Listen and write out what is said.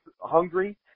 hungry –